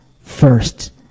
first